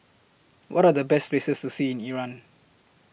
What Are The Best Places to See in Iran